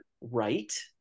right